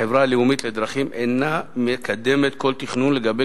החברה הלאומית לדרכים אינה מקדמת כל תכנון לגבי